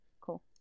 Cool